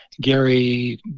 Gary